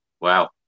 Wow